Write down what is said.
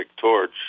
torch